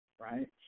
right